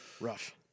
Rough